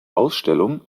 ausstellung